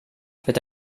wird